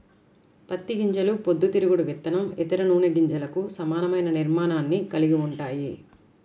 పత్తి గింజలు పొద్దుతిరుగుడు విత్తనం, ఇతర నూనె గింజలకు సమానమైన నిర్మాణాన్ని కలిగి ఉంటాయి